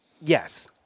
Yes